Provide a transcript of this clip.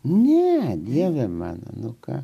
ne dieve mano anuką